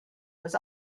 was